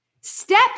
Step